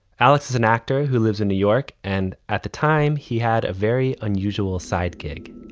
alex is an actor who lives in new york and at the time he had a very unusual side gig